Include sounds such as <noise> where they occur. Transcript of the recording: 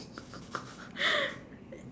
<laughs>